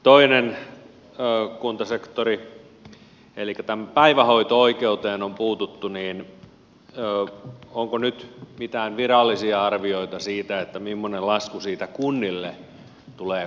toinen kuntasektori elikkä kun tähän päivähoito oikeuteen on puututtu niin onko nyt mitään virallisia arvioita siitä mimmoinen lasku siitä kunnille tulee koitumaan